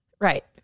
Right